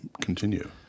continue